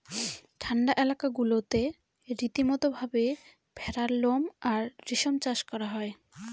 ঠান্ডা এলাকা গুলাতে রীতিমতো ভাবে ভেড়ার লোম আর রেশম চাষ করা হয়